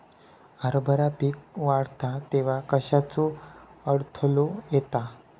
हरभरा पीक वाढता तेव्हा कश्याचो अडथलो येता?